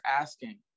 asking